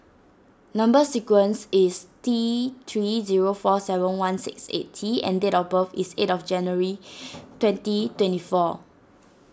Number Sequence is T three zero four seven one six eight T and date of birth is eight of January twenty twenty four